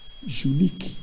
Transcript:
unique